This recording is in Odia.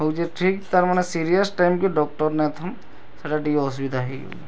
ହେଉଛି ଠିକ୍ ତାର୍ ମାନେ ସିରିଏସ୍ ଟାଇମ୍ କି ଡକ୍ଟର ନାଇଁ ଥାଉଁ ସେଟା ଟିକେ ଅସୁବିଧା ହେଇଯାଉଁଛି